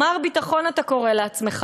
"מר ביטחון" אתה קורא לעצמך,